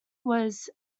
was